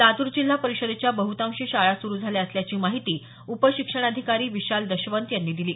लातूर जिल्हा परिषदेच्या बहुतांशी शाळा सुरु झाल्या असल्याची माहिती उपशिक्षणाधिकारी विशाल दशवंत यांनी दिली